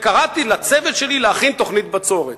וקראתי לצוות שלי להכין תוכנית בצורת".